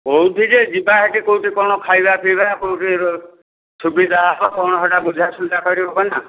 କୋଉଠି ଯେ ଯିବା ସେଠି କୋଉଠି କ'ଣ ଖାଇବା ପିଇବା କୋଉଠି ସୁବିଧା ହେବ କ'ଣ ସେଟା ବୁଝା ସୁୁଝା କରି ହେବ ନା